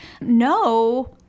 No